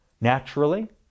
naturally